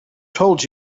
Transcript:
told